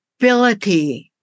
ability